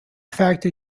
factor